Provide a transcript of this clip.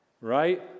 right